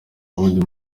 david